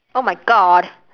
oh my god